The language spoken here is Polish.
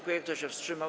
Kto się wstrzymał?